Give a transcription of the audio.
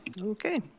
okay